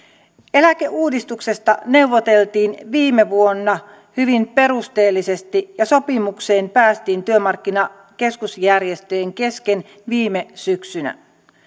eläkeuudistuksesta neuvoteltiin viime vuonna hyvin perusteellisesti ja sopimukseen päästiin työmarkkinakeskusjärjestöjen kesken viime syksynä